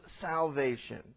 salvation